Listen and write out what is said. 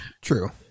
true